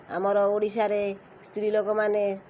ଆମର ଓଡ଼ିଶାରେ ସ୍ତ୍ରୀ ଲୋକମାନେ